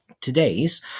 Today's